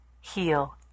heal